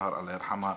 ג'והר אללה ירחמה,